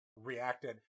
reacted